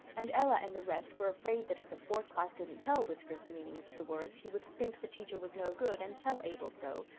and ella and the rest were afraid that if the fourth class couldn't tell whiskers the meanings of the words he would think the teacher was no good and tell abel so,